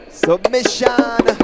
submission